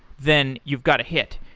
then you've got a hit.